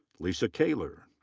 lisa kaylor.